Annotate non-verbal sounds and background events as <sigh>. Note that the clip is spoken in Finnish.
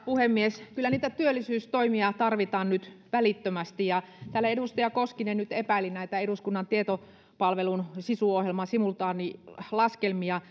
puhemies kyllä niitä työllisyystoimia tarvitaan nyt välittömästi täällä edustaja koskinen nyt epäili näitä eduskunnan tietopalvelun sisu ohjelman simultaanilaskelmia <unintelligible>